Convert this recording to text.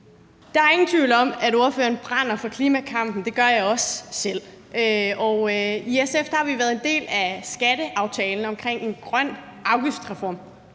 Der er ingen tvivl om, at ordføreren brænder for klimakampen – det gør jeg også selv. I SF har vi været en del af skatteaftalen om en grøn afgiftsreform.